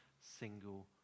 single